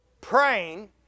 praying